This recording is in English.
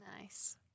Nice